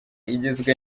igizwe